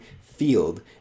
field